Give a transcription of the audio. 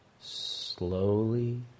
slowly